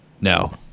No